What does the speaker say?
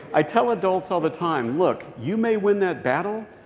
i tell adults all the time. look, you may win that battle.